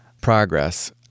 progress